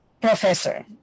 professor